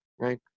right